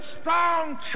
strong